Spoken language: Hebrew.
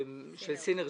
של סינרג'י.